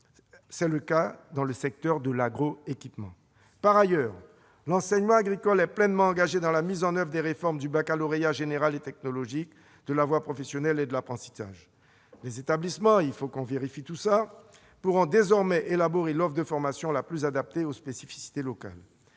c'est le cas dans le secteur de l'agroéquipement. Par ailleurs, l'enseignement agricole est pleinement engagé dans la mise en oeuvre des réformes des baccalauréats général et technologique, de la voie professionnelle et de l'apprentissage. Les établissements pourront désormais élaborer l'offre de formation la plus adaptée aux spécificités locales.